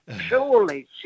surely